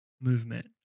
movement